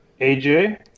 AJ